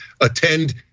attend